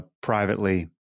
privately